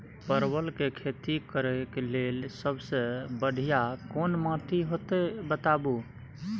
परवल के खेती करेक लैल सबसे बढ़िया कोन माटी होते बताबू?